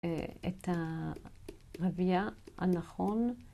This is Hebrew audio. את הרביעה הנכון.